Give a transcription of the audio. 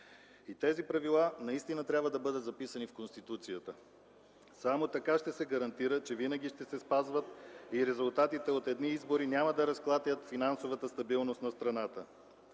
Тези правила наистина трябва да бъдат записани в Конституцията. Само така ще се гарантира, че винаги ще се спазват и резултатите от едни избори няма да разклатят финансовата стабилност на страната.